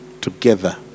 together